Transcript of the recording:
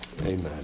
amen